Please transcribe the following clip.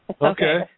Okay